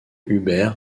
huber